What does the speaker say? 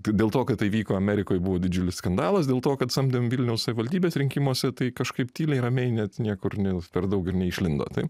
tai dėl to kad tai vyko amerikoj buvo didžiulis skandalas dėl to kad samdėm vilniaus savivaldybės rinkimuose tai kažkaip tyliai ramiai net niekur ne per daug ir neišlindo taip